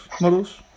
models